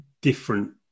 different